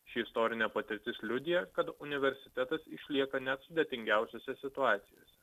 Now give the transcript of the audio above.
ši istorinė patirtis liudija kad universitetas išlieka net sudėtingiausiose situacijose